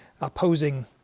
opposing